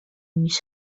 میشه